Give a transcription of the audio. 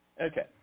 Okay